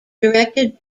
directed